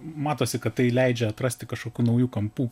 matosi kad tai leidžia atrasti kažkokių naujų kampų